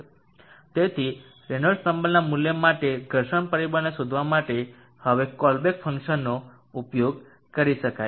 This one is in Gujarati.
તેથી રેનોલ્ડ્સ નંબરના આપેલા મૂલ્ય માટે ઘર્ષણ પરિબળને શોધવા માટે હવે કોલબ્રૂક ફંક્શનનો ઉપયોગ કરી શકાય છે